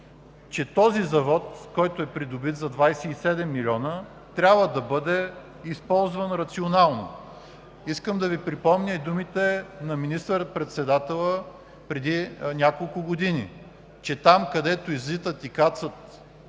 че този завод, който е придобит за 27 милиона, трябва да бъде използван рационално. Искам да Ви припомня и думите на министър-председателя преди няколко години, че там, където излитат и кацат